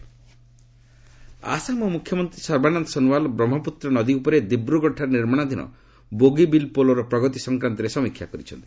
Assam CM Assam ମୁଖ୍ୟମନ୍ତ୍ରୀ ସର୍ବାନନ୍ଦ ସୋନୱାଲ୍ ବ୍ରହ୍କପୁତ୍ର ନଦୀ ଉପରେ ଦିବ୍ରଗଡ଼ଠାରେ ନିର୍ମାଣାଧୀନ ବୋଗିବିଲ୍ ପୋଲର ପ୍ରଗତି ସଂକ୍ରାନ୍ତରେ ସମୀକ୍ଷା କରିଛନ୍ତି